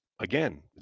again